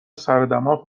سردماغ